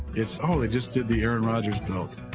it's oh they just did the aaron rodgers belt.